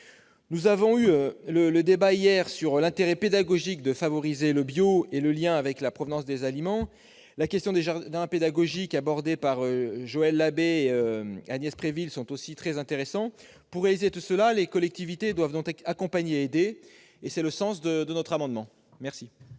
Nous avons eu un débat hier sur l'intérêt pédagogique de favoriser le bio et le lien avec la provenance des aliments. La question des jardins pédagogiques abordée par Joël Labbé et Angèle Préville est aussi très intéressante. Pour mener à bien ces projets, les collectivités doivent être accompagnées et aidées. C'est le sens de cet amendement. Les